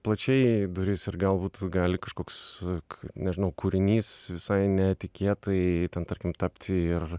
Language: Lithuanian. plačiai duris ir galbūt gali kažkoks k nežinau kūrinys visai netikėtai ten tarkim tapti ir